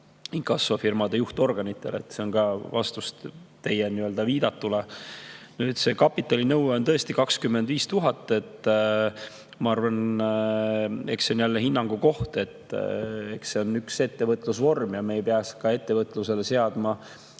inkassofirmade juhtorganite suhtes. See on ka vastus teie viidatule. Nüüd, see kapitalinõue on tõesti 25 000 eurot. Ma arvan, et eks see on jälle hinnangu koht. See on üks ettevõtlusvorm ja me ei peaks ettevõtlusele seadma